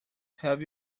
have